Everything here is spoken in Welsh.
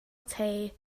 tei